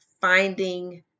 finding